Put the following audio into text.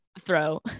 throw